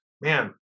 man